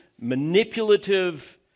manipulative